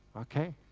ok?